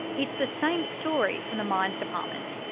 it's the same story from the mines department.